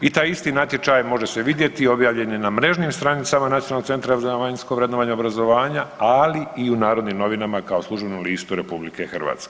I taj isti natječaj je može se vidjeti objavljen je na mrežnim stranicama Nacionalnog centra za vanjsko vrednovanje obrazovanja, ali i u Narodnim novinama kao službenom listu RH.